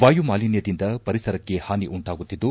ವಾಯುಮಾಲಿನ್ನದಿಂದ ಪರಿಸರಕ್ಕೆ ಹಾನಿ ಉಂಟಾಗುತ್ತಿದ್ದು